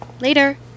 Later